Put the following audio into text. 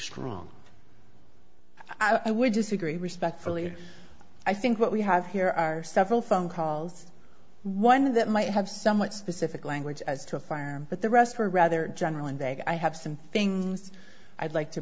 strong i would disagree respectfully i think what we have here are several phone calls one that might have somewhat specific language as to fire but the rest were rather general and i have some things i'd like to